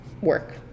work